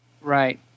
Right